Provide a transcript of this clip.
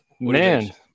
Man